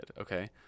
okay